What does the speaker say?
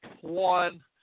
one